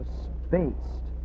spaced